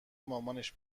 مامانش